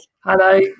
Hello